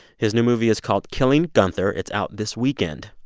his new movie is called, killing gunther. it's out this weekend.